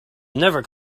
never